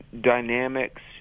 dynamics